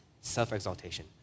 Self-exaltation